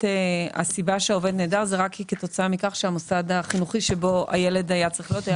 הסיבה שהעובד נעדר היא רק כתוצאה מכך שהמוסד החינוכי שבו הילד היה צריך,